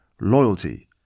loyalty